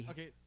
Okay